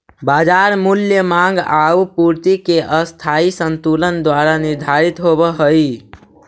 बाजार मूल्य माँग आउ पूर्ति के अस्थायी संतुलन द्वारा निर्धारित होवऽ हइ